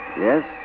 Yes